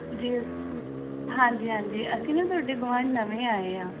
ਜੀ ਹਾਂਜੀ ਹਾਂਜੀ ਅਸੀਂ ਨਾ ਤੁਹਾਡੇ ਗਵਾਂਢ ਨਵੇਂ ਆਏ ਆ